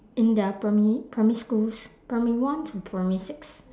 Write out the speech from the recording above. in their primary primary schools primary one to primary six